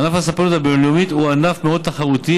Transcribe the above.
ענף הספנות הבין-לאומית הוא ענף מאוד תחרותי,